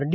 D